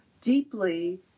deeply